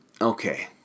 Okay